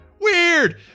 Weird